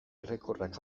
errekorrak